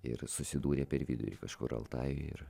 ir susidūrė per vidurį kažkur altajuj ir